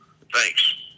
Thanks